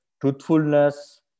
truthfulness